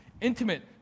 intimate